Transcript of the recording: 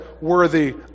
worthy